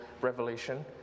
revelation